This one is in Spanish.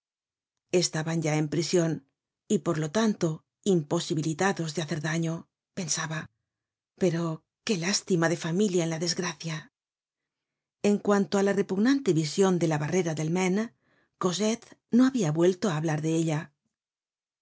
estaban ya en prision y por lo tanto imposibilitados de hacer daño pensaba pero qué lástima de familia en la desgracia en cuanto á la repugnante vision de la barrera del maine cosette no habia vuelto á hablar de ella